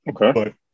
Okay